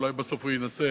אולי בסוף הוא ינסה